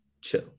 chill